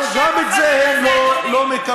אבל גם את זה הם לא מקבלים.